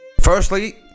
Firstly